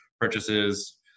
purchases